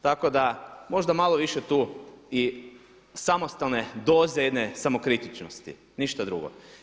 Tako da možda malo više tu i samostalne doze jedne samokritičnosti ništa drugo.